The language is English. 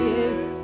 Yes